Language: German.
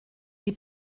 die